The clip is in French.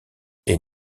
est